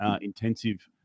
intensive